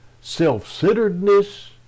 self-centeredness